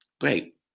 great